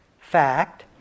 fact